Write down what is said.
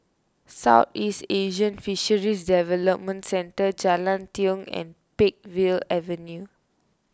Southeast Asian Fisheries Development Centre Jalan Tiong and Peakville Avenue